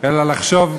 אלא לחשוב קצת,